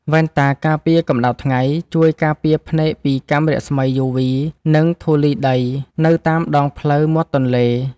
វ៉ែនតាការពារកម្ដៅថ្ងៃជួយការពារភ្នែកពីកាំរស្មីយូវី និងធូលីដីនៅតាមដងផ្លូវមាត់ទន្លេ។